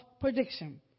prediction